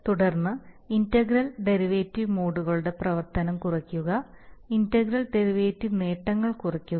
തുടർന്ന് integral derivative മോഡുകളുടെ പ്രവർത്തനം കുറയ്ക്കുക ഇന്റഗ്രൽ ഡെറിവേറ്റീവ് നേട്ടങ്ങൾ കുറയ്ക്കുക